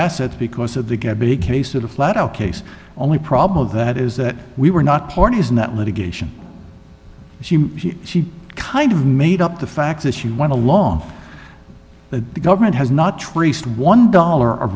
assets because of the get big case of a flat out case only problem of that is that we were not partisan that litigation she she kind of made up the facts as she went along that the government has not traced one dollar